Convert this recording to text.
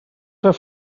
fer